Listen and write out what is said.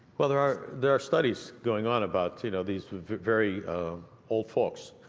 well, there are there are studies going on about, you know, these very old folks.